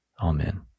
Amen